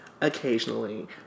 occasionally